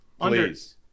please